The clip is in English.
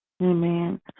Amen